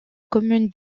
commune